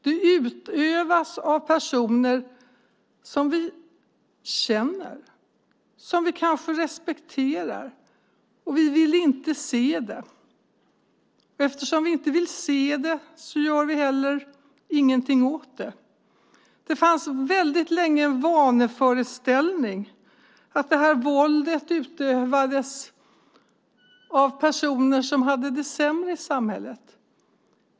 Det utövas av personer som vi känner, som vi kanske respekterar, och vi vill inte se det. Eftersom vi inte vill se det, gör vi heller ingenting åt det. Det fanns väldigt länge en vanföreställning att det här våldet utövades av personer som hade det sämre i samhället.